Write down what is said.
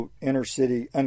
inner-city